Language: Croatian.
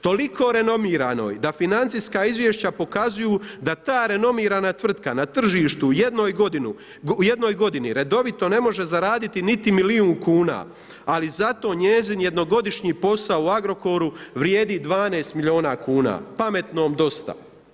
Toliko renomiranoj da financijska izvješća pokazuju da ta renomirana tvrtka na tržištu u jednoj godini redovito ne može zaraditi niti milijun kuna, ali zato njezin jednogodišnji posao u Agrokoru vrijedi 12 milijuna kuna, pametnom dosta.